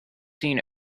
seen